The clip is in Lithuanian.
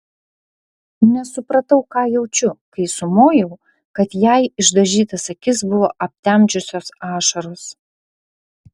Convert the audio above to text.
nesupratau ką jaučiu kai sumojau kad jai išdažytas akis buvo aptemdžiusios ašaros